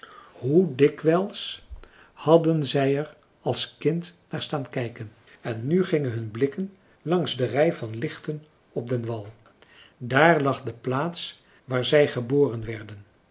dikwijls hadden zij er als kinderen naar staan kijken en nu gingen hun blikken langs de rij van lichten op den wal daar lag de plaats waar zij geboren werden